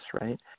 right